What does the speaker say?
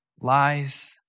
lies